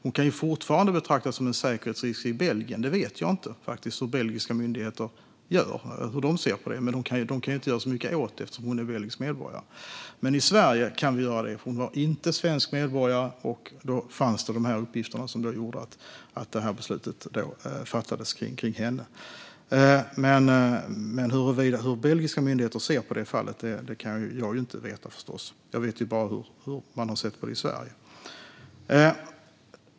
Hon kan fortfarande betraktas som en säkerhetsrisk i Belgien; jag vet faktiskt inte hur belgiska myndigheter ser på det. Men de kan inte göra så mycket åt det, eftersom hon är belgisk medborgare. Men i Sverige kan vi göra det eftersom hon inte är svensk medborgare, och det har funnits uppgifter som gjorde att det beslutet fattades kring henne. Hur belgiska myndigheter ser på det fallet kan jag förstås inte veta. Jag vet bara hur man har sett på det i Sverige.